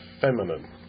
feminine